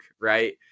right